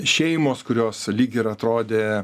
šeimos kurios lyg ir atrodė